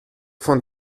von